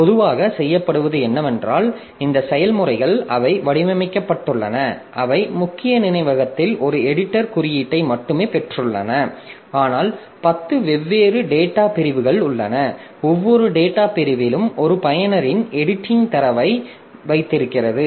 பொதுவாக செய்யப்படுவது என்னவென்றால் இந்த செயல்முறைகள் அவை வடிவமைக்கப்பட்டுள்ளன அவை முக்கிய நினைவகத்தில் ஒரு எடிட்டர் குறியீட்டை மட்டுமே பெற்றுள்ளன ஆனால் 10 வெவ்வேறு டேட்டா பிரிவுகள் உள்ளன ஒவ்வொரு டேட்டா பிரிவும் ஒரு பயனரின் எடிட்டிங் தரவை வைத்திருக்கிறது